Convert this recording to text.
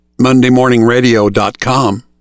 mondaymorningradio.com